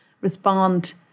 respond